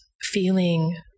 feeling